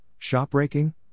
shopbreaking